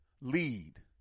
lead